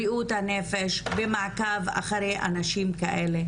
בריאות הנפש במעקב אחר אנשים כאלה.